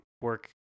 work